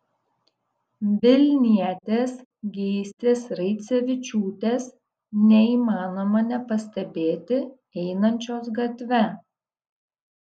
vilnietės geistės raicevičiūtės neįmanoma nepastebėti einančios gatve